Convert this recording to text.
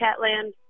Catland